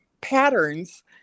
patterns